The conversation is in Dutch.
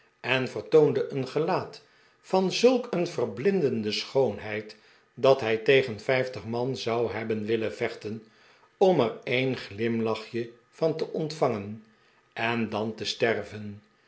en vertoonde een gelaat van zulk een verblindende schoonheid dat hij tegen vijftig man zou hebben willen vechten om er een glimlachje van te ontvangen en dan te sterven